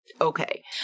okay